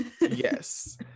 yes